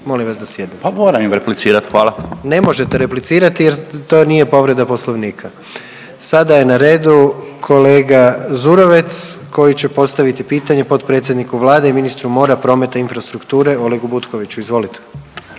molim vas da sjednete. …/Upadica: A moram im replicirati, hvala./… Ne možete replicirati jer to nije povreda Poslovnika. **Jandroković, Gordan (HDZ)** Sada je na redu kolega Zurovec koji će postaviti pitanje potpredsjedniku Vlade i ministru mora, prometa i infrastrukture Olegu Butkoviću, izvolite.